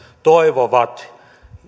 toivovat